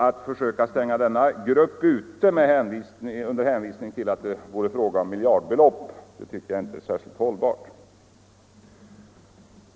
Att försöka stänga denna grupp ute under hänvisning till att det är fråga om miljardbelopp tycker jag inte är särskilt hållbart.